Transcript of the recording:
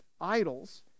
idols